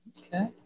Okay